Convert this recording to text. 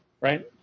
right